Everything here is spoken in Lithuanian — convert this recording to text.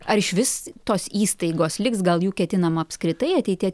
ar išvis tos įstaigos liks gal jų ketinama apskritai ateityje